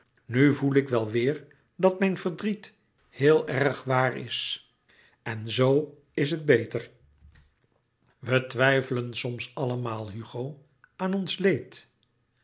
nu voel ik wel weêr dat mijn verdriet heel erg waar is en zoo is het beter we twijfelen soms allemaal hugo aan ons leed